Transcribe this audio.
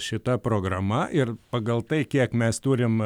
šita programa ir pagal tai kiek mes turim